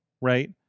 Right